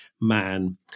man